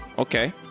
Okay